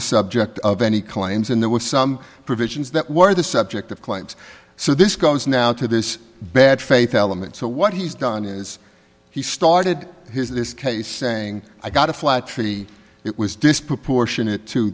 the subject of any claims and there were some provisions that were the subject of claims so this goes now to this bad faith element so what he's done is he started his in this case saying i got a flat fee it was disproportionate to